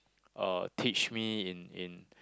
uh teach me in in